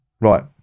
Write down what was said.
Right